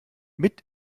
mit